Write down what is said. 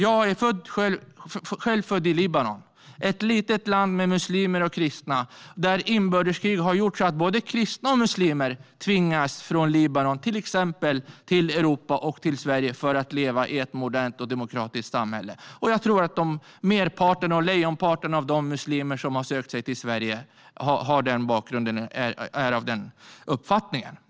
Jag är själv född i Libanon, ett litet land med muslimer och kristna. Inbördeskrig har gjort att både kristna och muslimer tvingas från Libanon till exempelvis Europa och Sverige för att leva i ett modernt och demokratiskt samhälle. Jag tror att lejonparten av de muslimer som har sökt sig till Sverige har den bakgrunden och är av den uppfattningen.